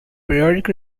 periodic